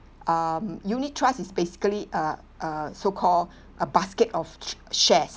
um unit trust is basically uh uh so-called a basket of s~ share